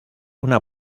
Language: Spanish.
una